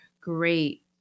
great